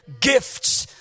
gifts